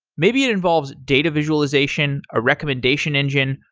maybe it involves data visualization, a recommendation engine,